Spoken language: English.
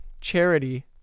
charity